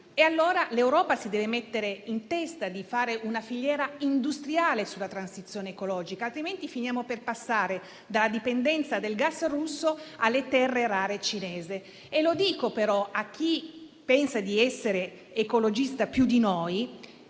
Allora, l'Europa si deve mettere in testa di fare una filiera industriale sulla transizione ecologica, altrimenti finiamo per passare dalla dipendenza dal gas russo alla dipendenza dalle terre rare cinesi. A chi pensa di essere ecologista più di noi,